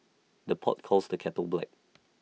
the pot calls the kettle black